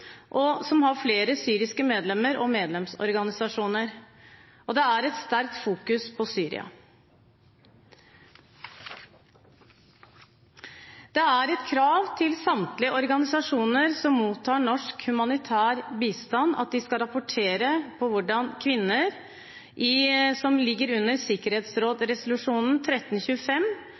alliansen, som har flere syriske medlemmer og medlemsorganisasjoner, og det fokuseres sterkt på Syria. Det er et krav til samtlige organisasjoner som mottar norsk humanitær bistand, at de skal rapportere om hvordan kvinner som ligger under sikkerhetsrådsresolusjon 1325